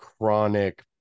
chronic